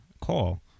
call